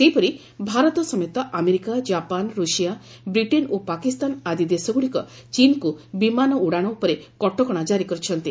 ସେହିପରି ଭାରତ ସମେତ America Japan Russia Britain ଓ ପାକିସ୍ତାନ ଆଦି ଦେଶଗୁଡ଼ିକ ଚୀନ୍କୁ ବିମାନ ଉଡାଶ ଉପରେ କଟକଶା ଜାରି କରିଛନ୍ତି